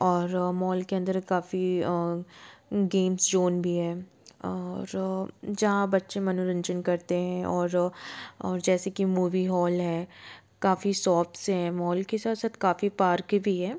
और मॉल के अंदर काफ़ी गेम्स जोन भी हैं और जहाँ बच्चे मनोरंजन करते हैं और और जैसे कि मूवी हॉल है कॉफ़ी सॉप्स हैं मॉल के साथ साथ काफ़ी पार्क भी हैं